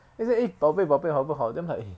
she say eh 宝贝宝贝好不好 then I'm like